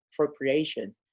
appropriation